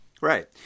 Right